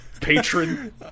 patron